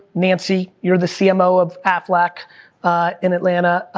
nancy, you're the cmo of aflac in atlanta,